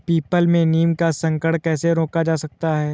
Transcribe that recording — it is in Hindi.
पीपल में नीम का संकरण कैसे रोका जा सकता है?